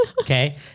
okay